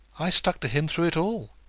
i stuck to him through it all,